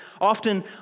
often